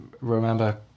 remember